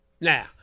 Now